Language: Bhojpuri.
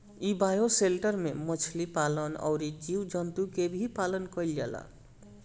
इ बायोशेल्टर में मछली पालन अउरी जीव जंतु के भी पालन कईल जाला